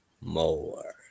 more